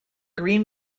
green